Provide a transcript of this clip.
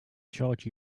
charge